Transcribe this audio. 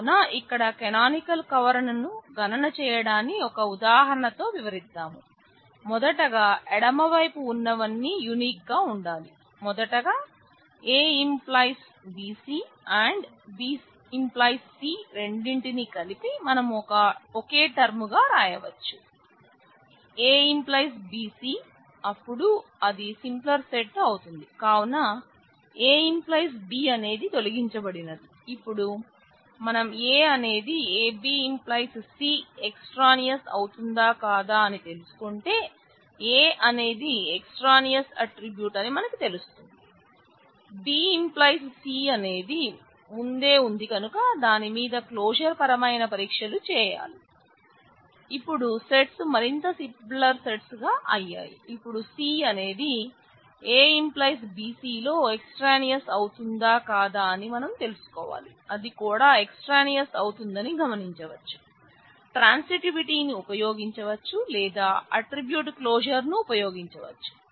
కావున ఇక్కడ canonical cover అని మనకు తెలుస్తుంది B → C అనేది ముందే ఉంది కనుక దాని మీద క్లోజర్ ని ఉపయోగించవచ్చు లేదా ఆట్రిబ్యూట్ క్లోజర్ ను ఉపయోగించవచ్చు